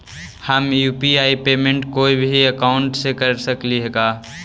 हम UPI payment कोई भी अकाउंट से कर सकली हे?